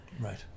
Right